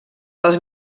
els